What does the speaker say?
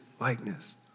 likeness